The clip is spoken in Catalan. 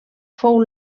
fou